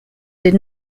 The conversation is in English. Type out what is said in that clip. did